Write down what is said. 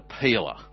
peeler